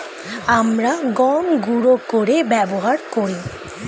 আমরা গম গুঁড়ো করে ব্যবহার করি